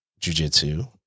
jujitsu